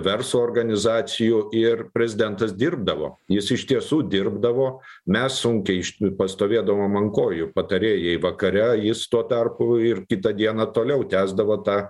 verslo organizacijų ir prezidentas dirbdavo jis iš tiesų dirbdavo mes sunkiai iš pastovėdom ant kojų patarėjai vakare jis tuo tarpu ir kitą dieną toliau tęsdavo tą